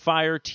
Fire